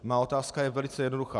Má otázka je velice jednoduchá.